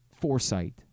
Foresight